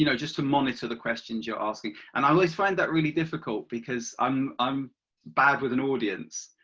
you know just to monitor the questions you are asking. and i always find that really difficult because i'm i'm bad with an audience.